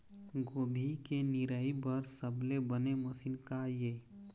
गोभी के निराई बर सबले बने मशीन का ये?